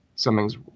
something's